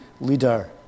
leader